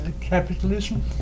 capitalism